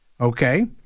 Okay